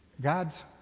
God's